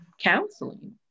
counseling